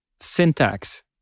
syntax